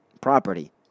property